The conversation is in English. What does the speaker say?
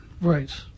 right